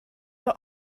the